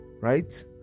right